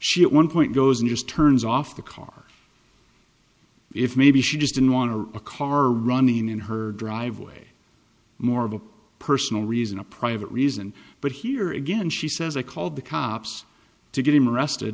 she at one point goes news turns off the car if maybe she just didn't want to a car running in her driveway more of a personal reason a private reason but here again she says i called the cops to get him arrested